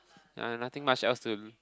ya nothing much else to